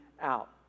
out